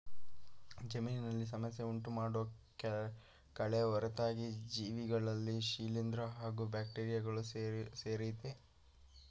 ಜಮೀನಿನಲ್ಲಿ ಸಮಸ್ಯೆ ಉಂಟುಮಾಡೋ ಕಳೆ ಹೊರತಾಗಿ ಜೀವಿಗಳಲ್ಲಿ ಶಿಲೀಂದ್ರ ಹಾಗೂ ಬ್ಯಾಕ್ಟೀರಿಯಗಳು ಸೇರಯ್ತೆ